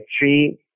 three